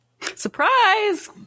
Surprise